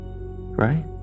right